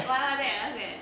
what what that ah what's that